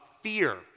fear